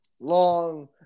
long